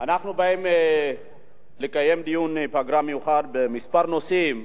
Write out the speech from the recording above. אנחנו באים לקיים דיון פגרה מיוחד בכמה נושאים,